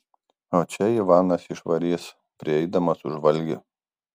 o čia ivanas išvarys prieidamas už valgį